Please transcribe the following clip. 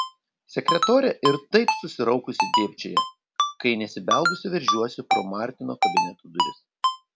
sekretorė ir taip susiraukusi dėbčioja kai nesibeldusi veržiuosi pro martino kabineto duris